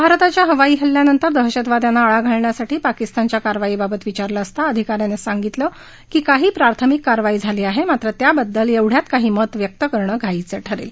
भारताच्या हवाई हल्ल्यानंतर दहशतवाद्यांना आळा घालण्यासाठी पाकिस्तानच्या कारवाईबाबत विचारलं असता या अधिकाऱ्यानं सांगितलं की काही प्राथमिक कारवाई झाली आहे मात्र त्याबाबत एवढयात काही मत व्यक्त करणं घाईचं ठरेल